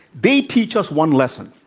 they teach us one lesson.